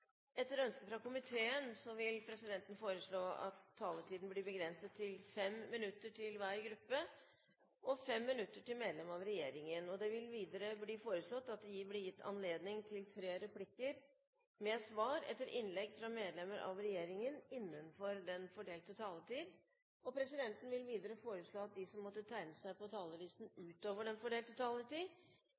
Etter ønske fra transport- og kommunikasjonskomiteen vil presidenten foreslå at taletiden blir begrenset til 5 minutter til hver gruppe og 5 minutter til medlem av regjeringen. Videre vil presidenten foreslå at det blir gitt anledning til tre replikker med svar etter innlegg fra medlemmer av regjeringen innenfor den fordelte taletid. Videre vil presidenten foreslå at de som måtte tegne seg på talerlisten utover den fordelte taletid,